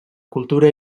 cultura